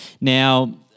Now